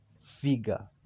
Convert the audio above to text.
figure